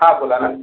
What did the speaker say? हा बोला मॅम